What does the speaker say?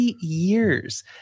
years